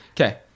okay